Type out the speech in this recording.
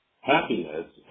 happiness